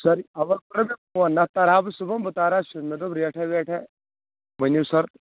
سَر اوے کوٚر مےٚ فون نَتہٕ ترٕہا بہٕ صُبحن بہٕ تارٕہا سِیُن مےٚ دوٚپ ریٹھا ویٹھا ؤنو سَر